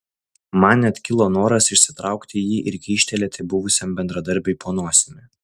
man net kilo noras išsitraukti jį ir kyštelėti buvusiam bendradarbiui po nosimi